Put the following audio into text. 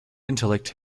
intellect